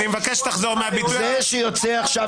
אני מבקש שתחזור --- זה שיוצא עכשיו,